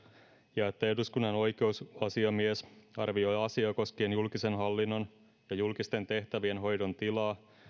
ja että eduskunnan oikeusasiamies arvioi julkisen hallinnon ja julkisten tehtävien hoidon tilaa